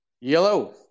Yellow